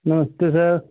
नमस्ते सर